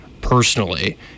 personally